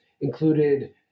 included